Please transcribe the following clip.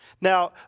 Now